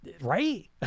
right